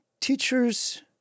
teachers